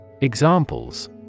Examples